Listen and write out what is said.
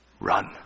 Run